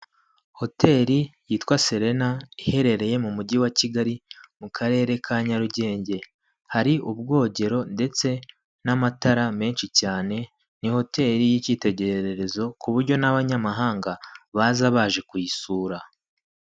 Hoteri yitwa serena iherereye mu mujyi wa Kigali mu karere ka Nyarugenge, hari ubwogero ndetse n'amatara menshi cyane, ni hotel y'icyitegererezo ku buryo n'abanyamahanga baza baje kuyisura.